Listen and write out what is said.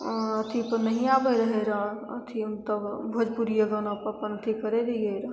अथी पर नहिये आबै रहै रऽ अथी तब भोजपुरिये गानापर अपन अथी करै रहियै रऽ